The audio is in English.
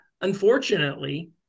unfortunately